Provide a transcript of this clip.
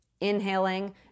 inhaling